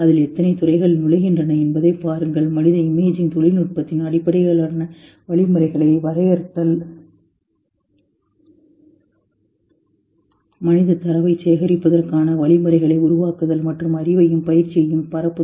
அதில் எத்தனை துறைகள் நுழைகின்றன என்பதைப் பாருங்கள் மனித இமேஜிங் தொழில்நுட்பத்தின் அடிப்படையிலான வழிமுறைகளை வரையறுத்தல் மனிதத் தரவைச் சேகரிப்பதற்கான வழிமுறைகளை உருவாக்குதல் மற்றும் அறிவையும் பயிற்சியையும் பரப்புதல்